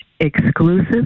Exclusive